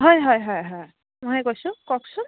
হয় হয় হয় হয় মইয়ে কৈছোঁ কওকচোন